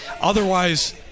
otherwise